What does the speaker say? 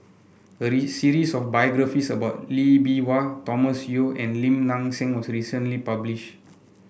a series of biographies about Lee Bee Wah Thomas Yeo and Lim Nang Seng was recently published